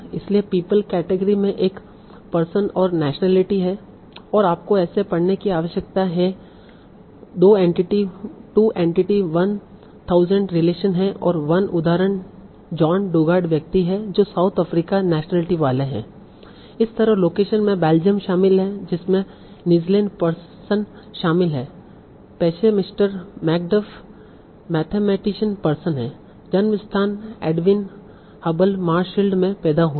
इसलिए people category में एक पर्सन और नेशनलटी है और आपको ऐसे पढ़ने की आवश्यकता है 2 एट्टी वन थाउजेंड रिलेशन हैं और 1 उदाहरण जॉन डुगार्ड व्यक्ति है जो साउथ अफ्रीका नेशनलटी वाले हैं इसी तरह लोकेशन में बेल्जियम शामिल है जिसमें निज़लेन पर्सन शामिल हैं पेशे मिस्टर मैकडफ मेथेमेटीशियन पर्सन है जन्म स्थान एडविन हबल मार्शफील्ड में पैदा हुए हैं